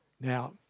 Now